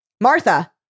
Martha